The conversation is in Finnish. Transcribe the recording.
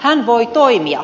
hän voi toimia